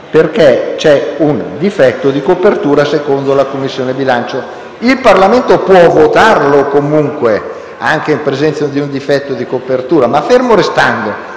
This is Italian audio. perché c'è un difetto di copertura secondo la Commissione bilancio. Il Parlamento può votarlo comunque, anche in presenza di tale difetto, ma ferme restando